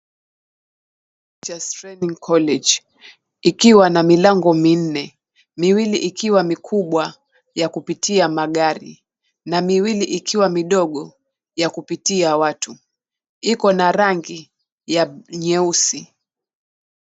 TEACHERS TRAINING COLLEGE ikiwa na milango minne, miwili ikiwa mikubwa ya kupitia magari, na miwili ikiwa midogo ya kupitia watu. Iko na rangi ya nyeusi.